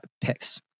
picks